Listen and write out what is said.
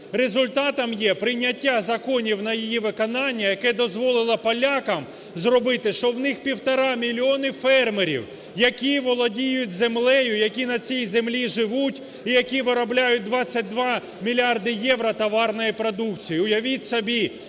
Результатом є прийняття законів на її виконання, яке дозволило полякам зробити, що в них півтора мільйони фермерів, які володіють землею, які на цій землі живуть і, які виробляють 22 мільярди євро товарної продукції.